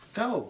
go